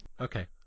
Okay